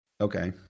Okay